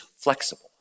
flexible